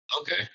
Okay